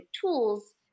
tools